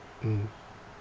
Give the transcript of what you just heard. mm